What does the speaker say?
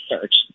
search